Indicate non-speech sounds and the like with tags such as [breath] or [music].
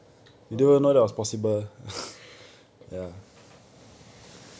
oh [breath]